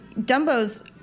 Dumbo's